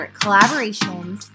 collaborations